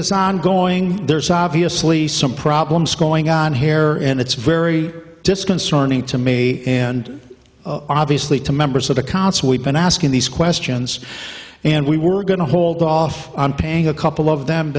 is ongoing there's obviously some problems going on hair and it's very disconcerting to me and obviously to members of the council we've been asking these questions and we were going to hold off on paying a couple of them